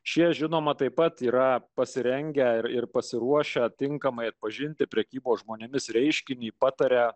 šie žinoma taip pat yra pasirengę ir ir pasiruošę tinkamai atpažinti prekybos žmonėmis reiškinį pataria